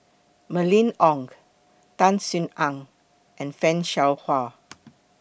Mylene Ong Tan Sin Aun and fan Shao Hua